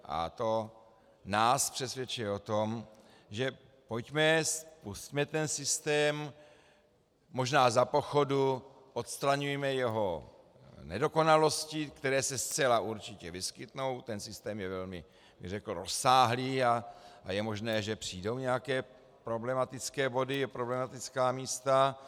A to nás přesvědčuje o tom, že pojďme, spusťme ten systém, možná za pochodu odstraňujme jeho nedokonalosti, které se zcela určitě vyskytnou, ten systém je velmi rozsáhlý a je možné, že přijdou nějaké problematické body, problematická místa.